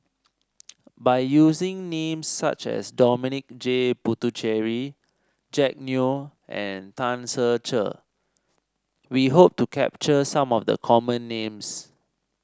by using names such as Dominic J Puthucheary Jack Neo and Tan Ser Cher we hope to capture some of the common names